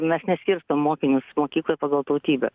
mes neskirtom mokinius mokykloj pagal tautybę